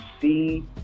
see